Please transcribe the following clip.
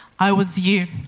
i was you.